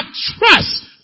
trust